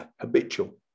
habitual